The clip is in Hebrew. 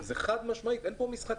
זה חד-משמעי, אין פה משחקים.